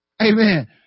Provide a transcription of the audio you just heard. Amen